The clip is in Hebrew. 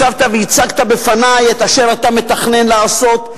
ישבת והצגת בפני את אשר אתה מתכנן לעשות,